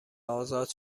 ازاد